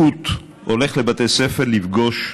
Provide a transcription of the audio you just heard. והולך לבתי ספר בקביעות לפגוש,